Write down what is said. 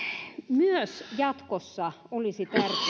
jatkossa olisi tärkeää